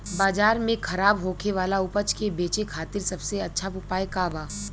बाजार में खराब होखे वाला उपज के बेचे खातिर सबसे अच्छा उपाय का बा?